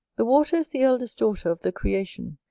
the water is the eldest daughter of the creation,